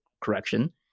correction